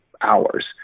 hours